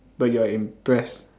but you're impressed